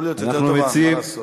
יכול להיות יותר טוב, מה לעשות.